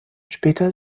später